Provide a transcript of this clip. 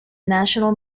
national